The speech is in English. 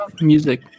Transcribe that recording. music